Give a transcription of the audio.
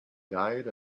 diet